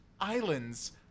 islands